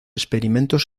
experimentos